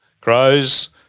Crows